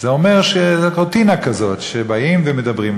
זה אומר, רוטינה כזאת, שבאים ומדברים.